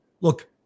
look